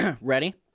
Ready